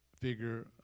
figure